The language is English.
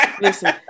listen